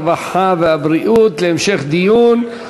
הרווחה והבריאות להמשך דיון.